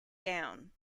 down